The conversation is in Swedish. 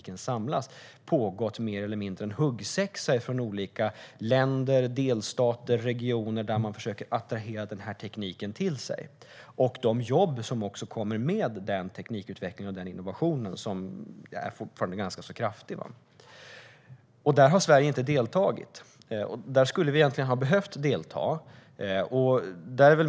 Det har då pågått en huggsexa, mer eller mindre, mellan olika länder, delstater och regioner som försöker dra till sig den här tekniken och de jobb som kommer med den teknikutvecklingen och fortfarande ganska kraftiga innovationen. Där har Sverige inte deltagit. Vi skulle egentligen ha behövt delta.